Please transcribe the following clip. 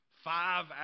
Five